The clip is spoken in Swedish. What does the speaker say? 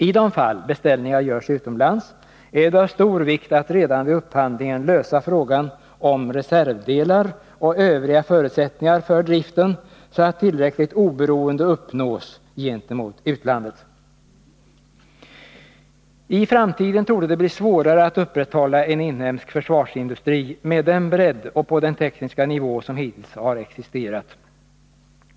I de fall beställningar görs utomlands är det av stor vikt att redan vid upphandlingen lösa frågan om reservdelar och övriga förutsättningar för driften, så att tillräckligt oberoende uppnås gentemot utlandet. I framtiden torde det bli svårare att upprätthålla en inhemsk försvarsindustri med den bredd och på den tekniska nivå som hittills existerat.